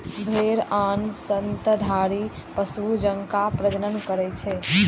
भेड़ आन स्तनधारी पशु जकां प्रजनन करै छै